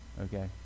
okay